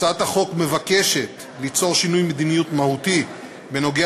הצעת החוק מבקשת ליצור שינוי מדיניות מהותי בנוגע